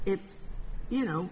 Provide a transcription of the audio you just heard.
if you know